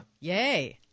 Yay